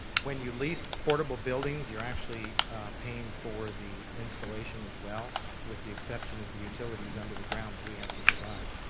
when you lease part of a building, you're actually paying for the installation as well with the exception of the utilities under the ground that we have to provide.